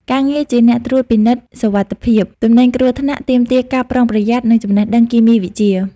ការងារជាអ្នកត្រួតពិនិត្យសុវត្ថិភាពទំនិញគ្រោះថ្នាក់ ទាមទារការប្រុងប្រយ័ត្ន និងចំណេះដឹងគីមីវិទ្យា។